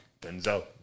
Denzel